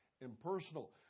impersonal